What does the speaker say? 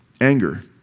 anger